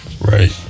Right